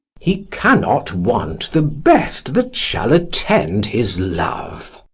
he cannot want the best that shall attend his love.